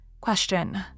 Question